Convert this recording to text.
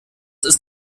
ist